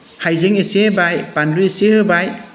हाइजें एसे होबाय बानलु एसे होबाय